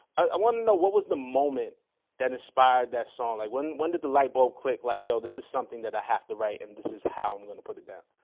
i want to know what was the moment that inspired that song? like when when did the light bulb click? like yo, this is something that i have to write and this is how i'm going to put it down?